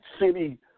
city